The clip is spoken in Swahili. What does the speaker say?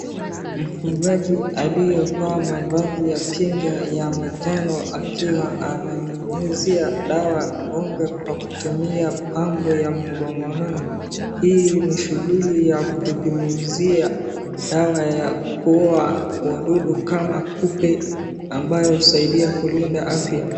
Mfugaji aliyevaa mavazi ya kinga ya manjano akiwa ananyunyizia dawa ng'ombe kwa kutumia pampu ya mgongoni. Hii ni shughuli ya kunyunyizia dawa ya kuua wadudu kama kupe ambayo husaidia kulinda afya.